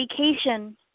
vacation